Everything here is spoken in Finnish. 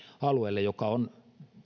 alueelle mikä on